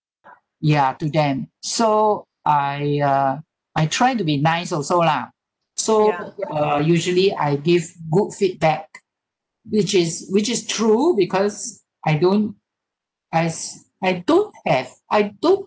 ya to them so I uh I try to be nice also lah so uh usually I give good feedback which is which is true because I don't have I don't have I don't